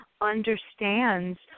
understands